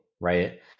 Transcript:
Right